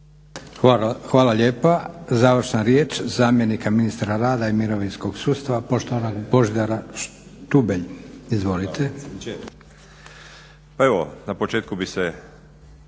Hvala lijepa. Završna riječ zamjenika ministra rada i mirovinskog sustava poštovanog Božidara Štubelj. Izvolite. **Štubelj,